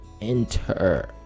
enter